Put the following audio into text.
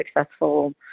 successful